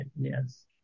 Yes